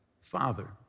father